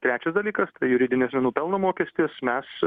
trečias dalykas tai juridinių asmenų pelno mokestis mes